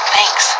Thanks